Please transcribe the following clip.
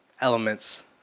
elements